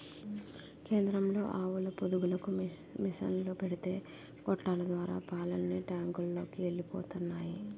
కేంద్రంలో ఆవుల పొదుగులకు మిసన్లు పెడితే గొట్టాల ద్వారా పాలన్నీ టాంకులలోకి ఎలిపోతున్నాయి